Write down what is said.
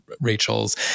Rachel's